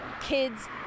kids